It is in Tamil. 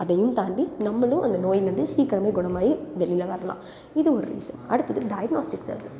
அதையும் தாண்டி நம்மளும் அந்த நோயிலிருந்து சீக்கிரமே குணமாகி வெளியில் வரலாம் இது ஒரு ரீசன் அடுத்தது டயக்னோஸ்டிக்ஸ் சர்வீஸஸ்